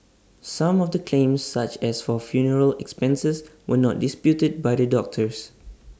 some of the claims such as for funeral expenses were not disputed by the doctors